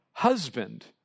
husband